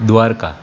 Dwarka